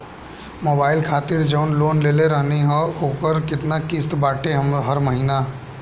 Mobile खातिर जाऊन loan लेले रहनी ह ओकर केतना किश्त बाटे हर महिना?